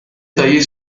tailler